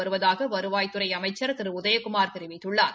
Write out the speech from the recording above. வருவதாக வருவாய்த்துறை அமைச்சா் திரு உதயகுமாா் தெரிவித்துள்ளாா்